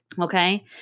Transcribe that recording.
Okay